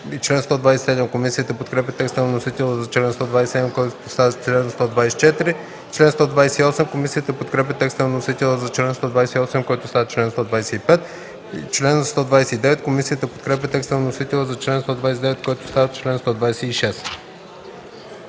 Комисията подкрепя текста на вносителя за чл. 127, който става чл. 124. Комисията подкрепя текста на вносителя за чл. 128, който става чл. 125. Комисията подкрепя текста на вносителя за чл. 129, който става чл. 126.